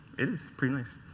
it is pretty nice.